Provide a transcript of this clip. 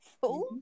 full